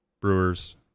Brewers